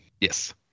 Yes